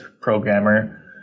programmer